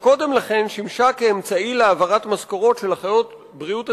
שקודם לכן שימשה רק כאמצעי להעברת משכורות של אחיות בריאות הציבור.